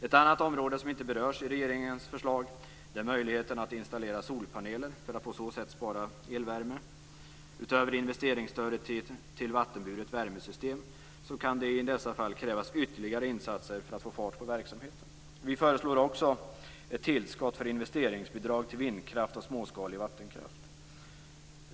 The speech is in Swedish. Ett annat område som inte berörs i regeringens förslag är möjligheten att installera solpaneler för att på så sätt spara elvärme. Utöver investeringsstödet till vattenburet värmesystem kan det i vissa fall krävas ytterligare insatser för att få fart på verksamheten. Vi föreslår också ett tillskott för investeringsbidrag till vindkraft och småskalig vattenkraft.